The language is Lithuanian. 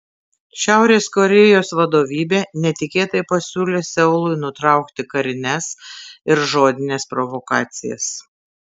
šiaurės korėjos vadovybė netikėtai pasiūlė seului nutraukti karines ir žodines provokacijas